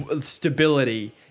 stability